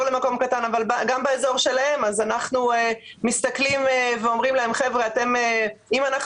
למקום קטן אבל שיהיה באזור שלהם - אנחנו אומרים להם שאם אנחנו